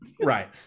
Right